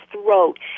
throat